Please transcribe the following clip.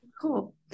cool